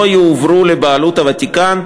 לא יועברו לבעלות הוותיקן,